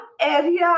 area